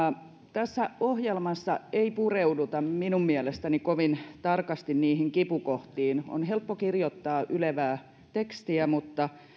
tässä ohjelmassa ei pureuduta minun mielestäni kovin tarkasti niihin kipukohtiin on helppo kirjoittaa ylevää tekstiä mutta